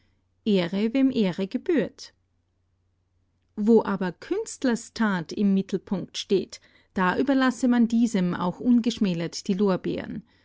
ehre wem ehre gebührt wo aber künstlers tat im mittelpunkt steht da überlasse man diesem auch ungeschmälert die lorbeeren